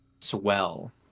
swell